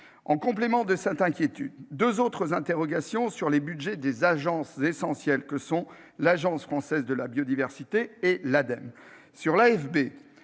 En complément de cette inquiétude, j'ai deux autres interrogations portant sur les budgets de ces agences essentielles que sont l'Agence française de la biodiversité et l'ADEME. Pour ce